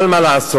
אבל מה לעשות?